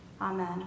Amen